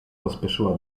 pośpieszyła